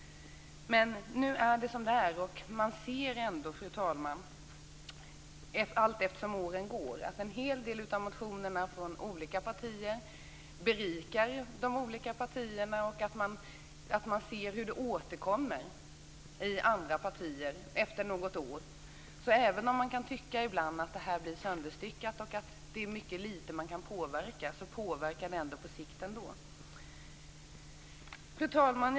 Men nu är det som det är. Allteftersom åren går ser man ändå, fru talman, att en hel del av motionerna från olika partier berikar partierna. Man ser ju hur motionerna efter något år återkommer hos andra partier. Även om man ibland kan tycka att det blir sönderstyckat och att man kan påverka mycket litet blir det på sikt en påverkan. Fru talman!